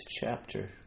chapter